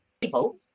People